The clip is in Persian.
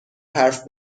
حرف